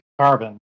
Carbon